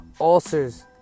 Ulcers